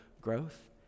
growth